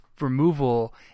removal